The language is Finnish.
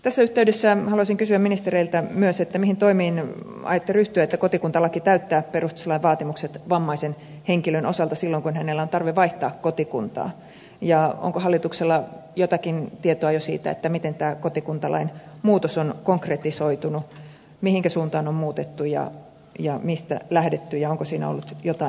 tässä yhteydessä haluaisin kysyä ministereiltä myös mihin toimiin aiotte ryhtyä että kotikuntalaki täyttää perustuslain vaatimukset vammaisen henkilön osalta silloin kun hänellä on tarve vaihtaa kotikuntaa ja onko hallituksella jotakin tietoa jo siitä miten tämä kotikuntalain muutos on konkretisoitunut mihinkä suuntaan on muutettu ja mistä lähdetty ja onko siinä ollut joitain ongelmia